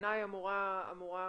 שבעיניי אמורה